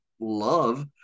love